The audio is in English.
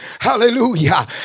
Hallelujah